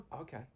Okay